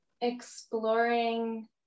exploring